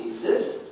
Jesus